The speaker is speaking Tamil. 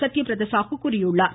சத்யபிரதசாகு தெரிவித்துள்ளார்